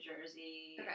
Jersey